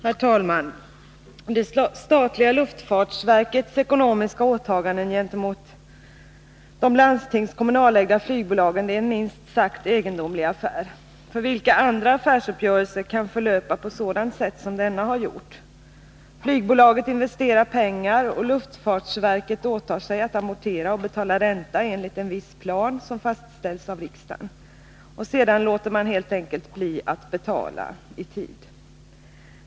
Herr talman! Det statliga luftfartsverkets ekonomiska åtaganden gentemot de landstingsoch kommunalägda flygbolagen är en minst sagt egendomlig affär. Vilka andra affärsuppgörelser kan förlöpa på sådant sätt som affären med AB Göteborg-Landvetter Flygplats har gjort? Flygbolaget investerar pengar och luftfartsverket åtar sig att amortera och betala ränta enligt en viss plan, som har fastställts av riksdagen. Sedan låter man helt enkelt bli att betala i tid.